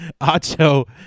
Acho